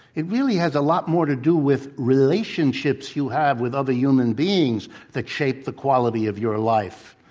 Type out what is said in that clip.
it really has a lot more to do with relationships you have with other human beings that shape the quality of your life.